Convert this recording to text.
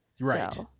right